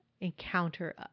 encounter